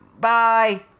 Bye